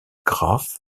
graff